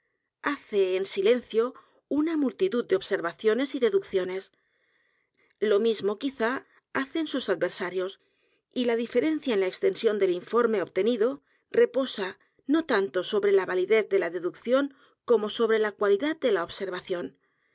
hace en silencio una multidud de observaciones y deducciones lo mismo quizá hacen sus adversarios y la diferencia en la extensión del informe obtenido reposa no tanto sobre la validez de la deducción como sobre la cualidad de la observación